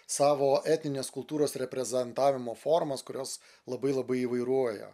savo etninės kultūros reprezentavimo formas kurios labai labai įvairuoja